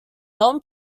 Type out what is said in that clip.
non